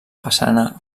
façana